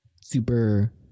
super